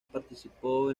participó